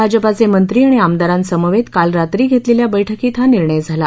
भाजपाचे मंत्री आणि आमदारांसमवेत काल रात्री घेतलेल्या बैठकीत हा निर्णय झाला